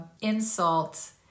insult